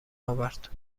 آورد